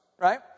right